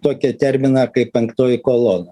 tokį terminą kaip penktoji kolona